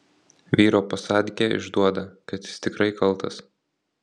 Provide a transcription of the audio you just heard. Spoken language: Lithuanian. vyro pasadkė išduoda kad jis tikrai kaltas